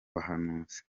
bahanuzi